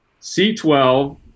C12